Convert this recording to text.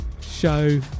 show